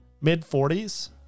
mid-40s